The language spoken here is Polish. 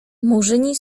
murzyni